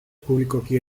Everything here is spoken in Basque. publikoki